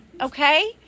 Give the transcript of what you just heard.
okay